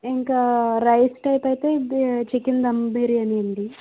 ఇంకా rice type అయితే chicken dum biryani అండి